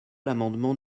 l’amendement